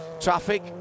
Traffic